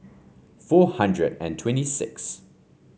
four hundred and twenty sixth